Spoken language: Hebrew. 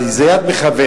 אבל, זה יד מכוונת.